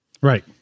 Right